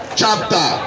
chapter